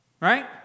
right